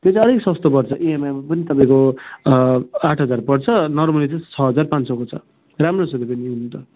त्यो चाहिँ अलिक सस्तो पर्छ इएमआईमा पनि तपाईँको आठ हजार पर्छ नर्मली चाहिँ छ हजार पाँच सौको छ राम्रो छ त्यो पनि हुनु त